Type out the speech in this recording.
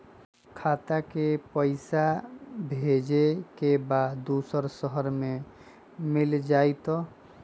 खाता के पईसा भेजेए के बा दुसर शहर में मिल जाए त?